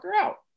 out